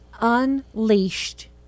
unleashed